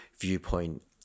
viewpoint